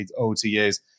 OTAs